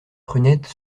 prunette